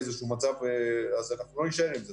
אנחנו לא נישאר עם זה.